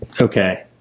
Okay